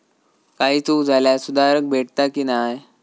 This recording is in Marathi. काही चूक झाल्यास सुधारक भेटता की नाय?